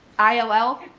i l l,